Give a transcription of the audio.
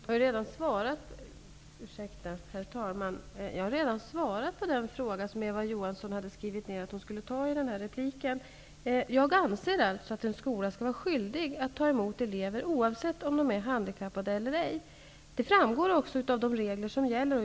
Herr talman! Jag har redan svarat på den fråga som Eva Johansson hade skrivit ner att hon skulle ställa i den här repliken. Jag anser att en skola skall vara skyldig att ta emot elever, oavsett om de är handikappade eller ej. Det framgår också av de regler som gäller.